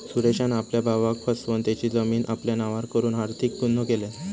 सुरेशान आपल्या भावाक फसवन तेची जमीन आपल्या नावार करून आर्थिक गुन्हो केल्यान